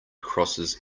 crosses